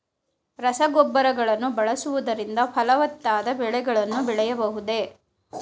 ರಸಗೊಬ್ಬರಗಳನ್ನು ಬಳಸುವುದರಿಂದ ಫಲವತ್ತಾದ ಬೆಳೆಗಳನ್ನು ಬೆಳೆಯಬಹುದೇ?